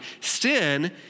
Sin